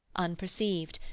unperceived,